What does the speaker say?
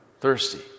thirsty